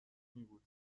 میبود